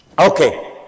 Okay